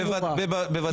בוודאי שכן.